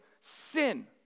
Sin